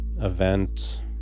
event